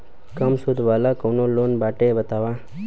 कम सूद वाला कौन लोन बाटे बताव?